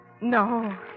No